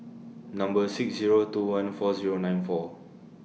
Number six Zero two one four Zero nine four